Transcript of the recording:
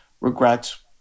regrets